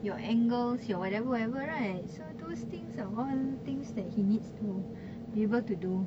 your angles your whatever whatever right so those things are all things that he needs to be able to do